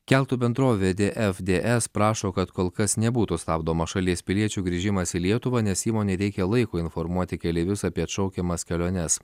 keltų bendrovė dfds prašo kad kol kas nebūtų stabdomas šalies piliečių grįžimas į lietuvą nes įmonei reikia laiko informuoti keleivius apie atšaukiamas keliones